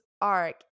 arc